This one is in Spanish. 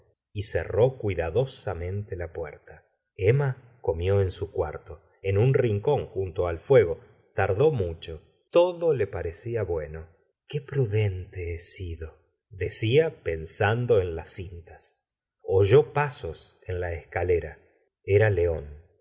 y cerró cuidadosamente la puerta emma comió en su cuarto en un rincón junto al fuego tardó mucho todo le parecía bueno qué prudente he sidotdecía pensando en las cintas oyó pasos en la escalera era león